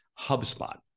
HubSpot